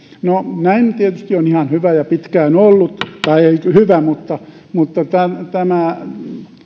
no näin tietysti on ihan hyvä ja pitkään ollut tai ei hyvä mutta mutta tämä